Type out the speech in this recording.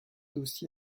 aussi